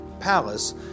Palace